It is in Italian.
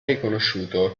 riconosciuto